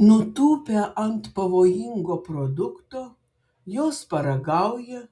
nutūpę ant pavojingo produkto jos paragauja